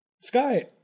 Sky